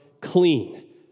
clean